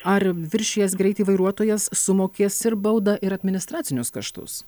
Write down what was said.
ar viršijęs greitį vairuotojas sumokės ir baudą ir administracinius kaštus